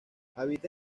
habita